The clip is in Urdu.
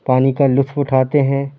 پانی کا لطف اٹھاتے ہیں